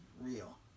real